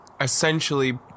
essentially